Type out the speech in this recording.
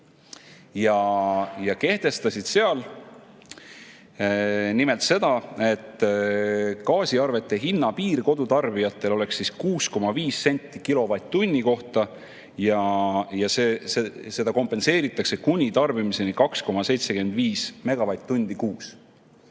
Nad kehtestasid nimelt selle, et gaasiarvete hinnapiir kodutarbijatele oleks 6,5 senti kilovatt-tunni kohta ja kompenseeritakse kuni tarbimiseni 2,75 megavatt-tundi kuus.